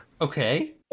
Okay